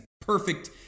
perfect